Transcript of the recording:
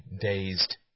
dazed